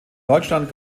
deutschland